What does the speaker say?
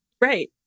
right